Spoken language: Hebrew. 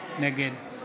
נגד